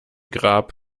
grab